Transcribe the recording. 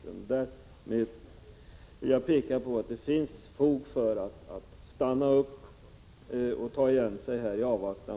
Jag vill med detta peka på att det finns fog för att stanna upp och avvakta DOK:s förslag.